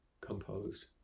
composed